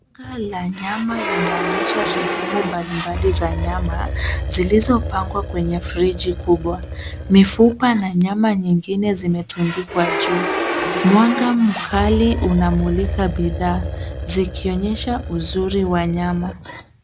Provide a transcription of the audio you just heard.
Duka la nyama linaonyesha sehemu mbali mbali za nyama zilizopangwa kwenye friji kubwa. Mifupa na nyama nyingine zimetundikwa juu. Mwanga mkali unamulika bidhaa zikionyesha uzuri wa nyama.